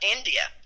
India